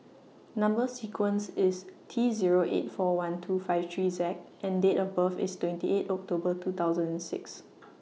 Number sequence IS T Zero eight four one two five three Z and Date of birth IS twenty eight October two thousand and six